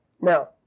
Now